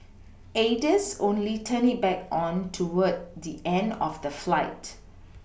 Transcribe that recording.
aides only turned it back on toward the end of the flight